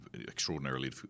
extraordinarily